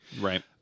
Right